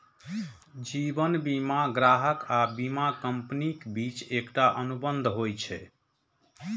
जीवन बीमा ग्राहक आ बीमा कंपनीक बीच एकटा अनुबंध होइ छै